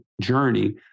journey